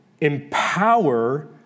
empower